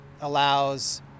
allows